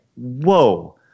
whoa